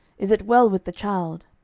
is it well with the child?